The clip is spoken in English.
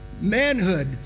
manhood